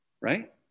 right